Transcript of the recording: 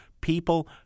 people